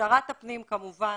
שרת הפנים, כמובן,